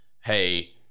hey